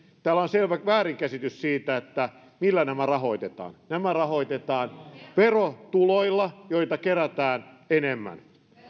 täällä on selvä väärinkäsitys siitä millä nämä rahoitetaan nämä rahoitetaan verotuloilla joita kerätään enemmän